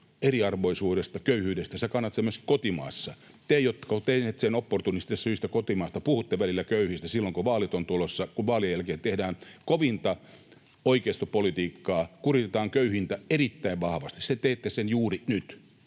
eriarvoisuudesta ja köyhyydestä, niin kannat sen myös kotimaassa. Te, jotka olette tehneet sen opportunistisista syistä kotimaassa, puhutte välillä köyhistä silloin, kun vaalit ovat tulossa, kun taas vaalien jälkeen tehdään kovinta oikeistopolitiikkaa, kuritetaan köyhintä erittäin vahvasti. Teette sen juuri nyt,